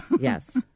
Yes